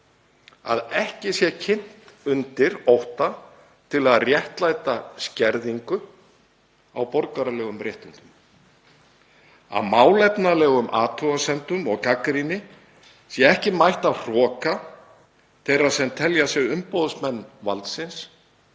að ekki sé kynt undir ótta til að réttlæta skerðingu á borgaralegum réttindum, að málefnalegum athugasemdum og gagnrýni sé ekki mætt af hroka þeirra sem telja sig umboðsmenn valdsins